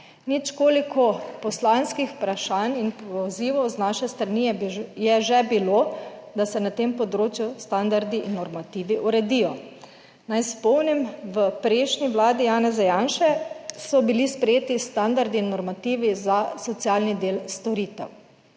Nič koliko poslanskih vprašanj in pozivov z naše strani je že bilo, da se na tem področju standardi in normativi uredijo. Naj spomnim, v prejšnji vladi Janeza Janše so bili sprejeti standardi in normativi za socialni del storitev,